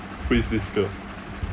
who is this girl